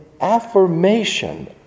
affirmation